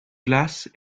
glace